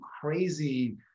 crazy